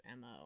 mo